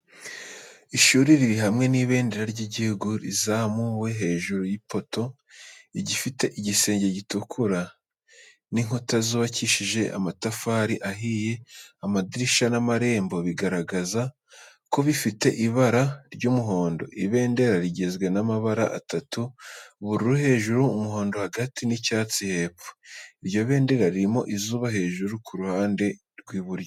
Ishuri riri hamwe n’ibendera ry’igihugu rizamuzamuwe hejuru y’ipoto. Ifite igisenge gitukura n’inkuta zubakishije amatafari ahiye Amadirishya n’amarembo bigaragaza ko bifite ibara ry’umuhondo. Ibendera rigizwe n’amabara atatu: ubururu hejuru, umuhondo hagati, n’icyatsi hepfo. Iryo bendera ririmo izuba hejuru ku ruhande rw’iburyo.